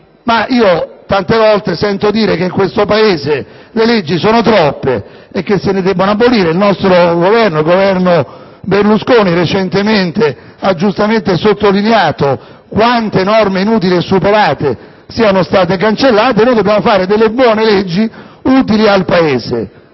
ma tante volte sento dire che in questo Paese le leggi sono troppe e che se ne devono abrogare alcune. Il Governo Berlusconi recentemente ha giustamente sottolineato quante norme inutili e superate sono state cancellate. Noi dobbiamo fare buone leggi, utili al Paese: